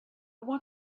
want